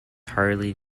harley